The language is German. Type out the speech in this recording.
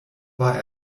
war